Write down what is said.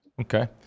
Okay